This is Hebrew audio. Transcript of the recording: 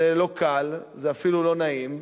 זה לא קל, זה אפילו לא נעים,